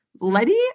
Letty